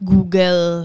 Google